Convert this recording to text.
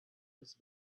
this